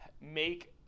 make